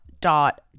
dot